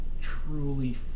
truly